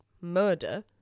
murder